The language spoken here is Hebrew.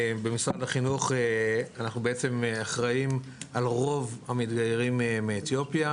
במשרד החינוך אנחנו בעצם אחראים על רוב המתגיירים מאתיופיה,